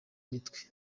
umutwe